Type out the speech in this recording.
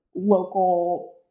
Local